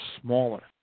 smaller